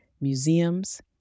museums